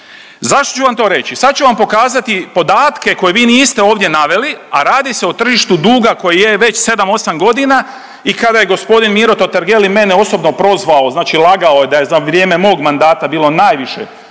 Zašto ću vam to reći? I sad ću vam pokazati podatke koje vi niste ovdje naveli, a radi se o tržištu duga koji je već sedam, osam godina i kada je g. Miro Totgergeli mene osobno prozvao znači lagao je da za vrijeme mog mandata bilo najviše